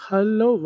Hello